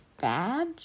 badge